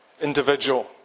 individual